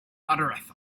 uttereth